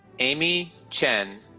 amy chen,